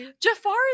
Jafar